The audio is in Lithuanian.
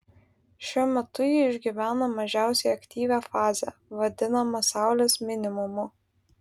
šiuo metu ji išgyvena mažiausiai aktyvią fazę vadinamą saulės minimumu